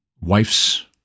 wife's